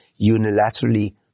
unilaterally